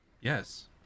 Yes